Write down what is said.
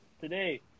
today